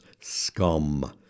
scum